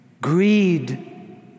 greed